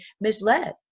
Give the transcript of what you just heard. misled